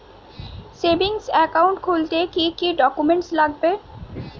Savings account খুলতে কি কি ডকুমেন্টস লাগবে?